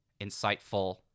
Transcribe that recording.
insightful